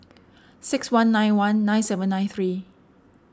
six one nine one nine seven nine three